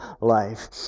life